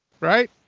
right